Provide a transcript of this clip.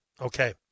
Okay